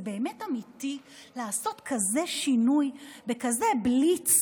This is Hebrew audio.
זה באמת אמיתי לעשות כזה שינוי בכזה בליץ,